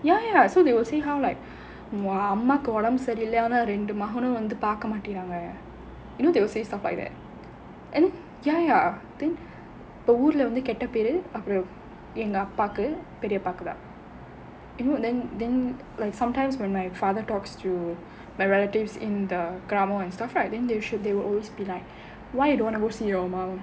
ya ya so they will say how like !wah! அம்மாக்கு உடம்பு சரி இல்லனா ரெண்டு மகனும் வந்து பார்க்க மாட்டேன்காங்க:ammakku udambu sari illanaa rendu maganum vanthu paarkka maattaenkaanga you know they will say stuff like that and ya ya then ஊருல வந்து கெட்ட பெரு அப்புறம் எங்க அப்பாக்கு பெரியப்பாக்கு தான்:oorula vanthu ketta peru appuram enga appakku periyappaakku thaan you know then then like sometimes when my father talks to my relatives in the கிராமம்:graamam and stuff right then they should they will always be like why you don't wanna go see your mum